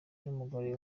n’umugore